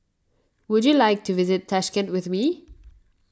would you like to visit Tashkent with me